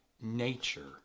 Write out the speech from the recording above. nature